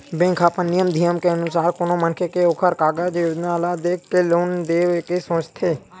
bank ह अपन नियम धियम के अनुसार ले कोनो मनखे के ओखर कारज योजना ल देख के लोन देय के सोचथे